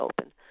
open